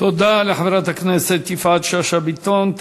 תודה לחברת הכנסת יפעת שאשא ביטון.